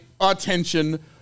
attention